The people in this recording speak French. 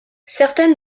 certaines